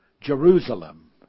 Jerusalem